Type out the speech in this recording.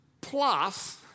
plus